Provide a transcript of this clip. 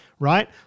Right